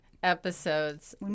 episodes